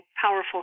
powerful